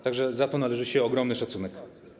Tak że za to należy się ogromny szacunek.